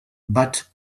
but